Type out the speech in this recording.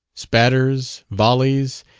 spatters, volleys,